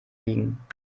biegen